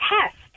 test